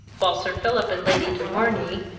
while sir philip and lady de morney,